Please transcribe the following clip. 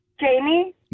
Jamie